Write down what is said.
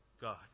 God